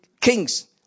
kings